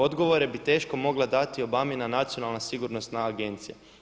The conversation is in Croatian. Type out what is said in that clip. Odgovore bi teško mogla dati Obamina nacionalna sigurnosna agencija.